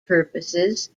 purposes